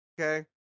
okay